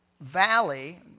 valley